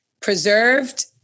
preserved